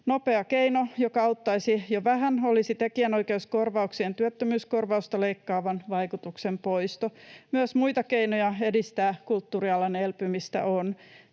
Nopea keino, joka auttaisi jo vähän, olisi tekijänoikeuskorvauksien työttömyyskorvausta leikkaavan vaikutuksen poisto. Myös muita keinoja edistää kulttuurialan elpymistä on.